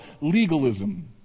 legalism